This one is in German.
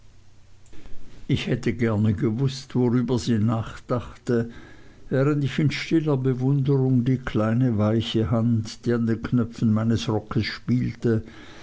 ich hätte gerne gewußt worüber sie nachdachte während ich in stiller bewunderung die kleine weiche hand die an den knöpfen meines rockes spielte